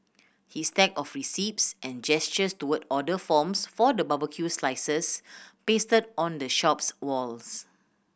his stack of receipts and gestures toward order forms for the barbecued slices pasted on the shop's walls